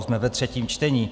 Jsme ve třetím čtení.